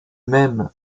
même